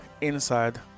inside